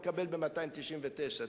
אבל מקטנות להכניס ולהשריש את הנושא הזה,